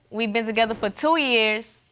we been together for two years.